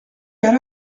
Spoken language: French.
elle